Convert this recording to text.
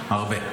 בהרבה.